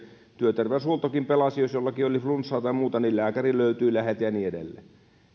työterveyshuoltokin pelasi jos jollakin oli flunssaa tai muuta niin lääkäri löytyi läheltä ja niin edelleen mutta